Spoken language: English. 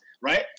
right